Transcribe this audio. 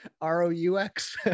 R-O-U-X